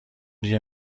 دیگه